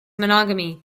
monogamy